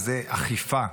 וזו אכיפה.